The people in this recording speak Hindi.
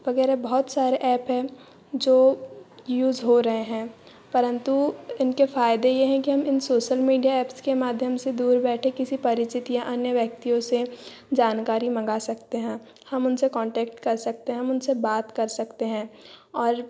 वगैरह बहुत सारे ऐप है जो यूज़ हो रहे है परंतु इनके फायदे यही है कि हम सोशल मीडिया एप्स के माध्यम से दूर बैठे किसी परिचित या अन्य व्यक्तियों से जानकारी मंगा सकते हैं हम उनसे कांटेक्ट कर सकते हैं हम उनसे बात कर सकते हैं और